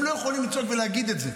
אנחנו נצטרך לסייר בארץ כדי להיות שם.